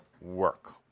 work